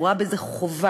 אני רואה בזה חובה,